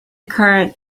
current